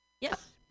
yes